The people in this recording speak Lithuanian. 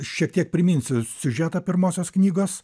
šiek tiek priminsiu siužetą pirmosios knygos